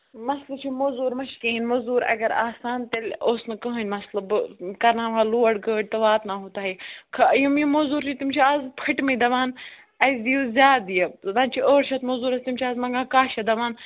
مَسلہٕ چھُ موٚزوٗرۍ ما چھِ کِہیٖنٛی موٚزوٗر اَگر آسہٕ ہان تیٚلہِ اوس نہٕ کٕہیٖنٛۍ مَسلہٕ بہٕ کرناوٕہا لوڈ گٲڑۍ تہٕ واتناوہو تۄہہِ خٲر یِم یِم موٚزوٗر چھِ تِم چھِ اَز پھٔٹۍمٕتۍ دَپان اَسہِ دِیِو زیادٕ یہِ زَن چھِ ٲٹھ شَتھ موٚزوٗر تِم چھِ اَز مَنگان کاہ شَتھ دَپان